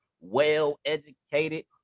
well-educated